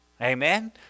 Amen